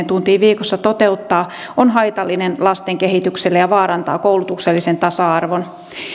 tuntiin viikossa toteuttaa on haitallinen lasten kehitykselle ja vaarantaa koulutuksellisen tasa arvon